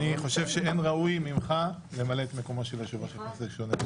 אני חושב שאין ראוי ממך למלא את מקומו של יושב-ראש הכנסת.